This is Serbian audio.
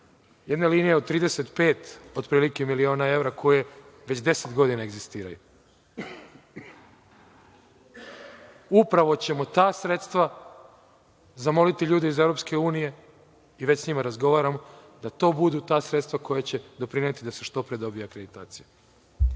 jednoj liniji od 35 miliona evra otprilike, koje već deset godina egzistiraju. Upravo ćemo ta sredstva, zamoliti ljude iz EU i da sa njima razgovaramo da to budu ta sredstva koja će doprineti da se što pre dobije akreditacija.